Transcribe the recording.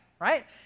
right